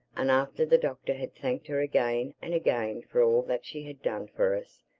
and after the doctor had thanked her again and again for all that she had done for us,